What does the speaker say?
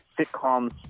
sitcoms